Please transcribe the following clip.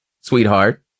sweetheart